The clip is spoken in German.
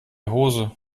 hose